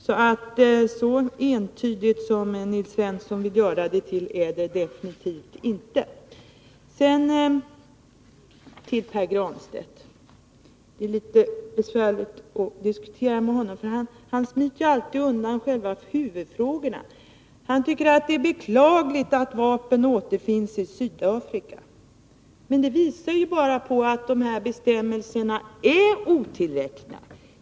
Så entydigt som Nils Svensson vill göra detta till är det absolut inte! Sedan några ord till Pär Granstedt. Det är litet besvärligt att diskutera med honom. Han smiter alltid undan själva huvudfrågorna. Han tycker att det är beklagligt att svenska vapen återfinns i Sydafrika. Men det visar bara att bestämmelserna är otillräckliga.